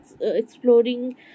exploring